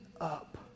up